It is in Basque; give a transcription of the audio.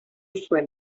zuen